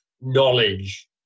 knowledge